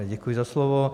Děkuji za slovo.